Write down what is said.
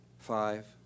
Five